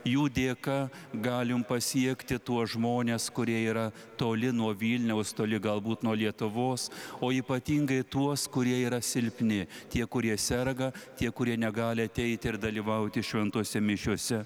jų dėka galim pasiekti tuos žmones kurie yra toli nuo vilniaus toli galbūt nuo lietuvos o ypatingai tuos kurie yra silpni tie kurie serga tie kurie negali ateiti ir dalyvauti šventose mišiose